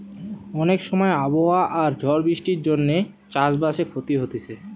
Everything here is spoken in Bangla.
অনেক সময় আবহাওয়া আর ঝড় বৃষ্টির জন্যে চাষ বাসে ক্ষতি হতিছে